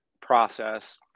process